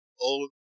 old